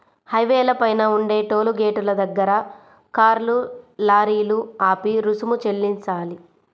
హైవేల పైన ఉండే టోలు గేటుల దగ్గర కార్లు, లారీలు ఆపి రుసుము చెల్లించాలి